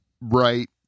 right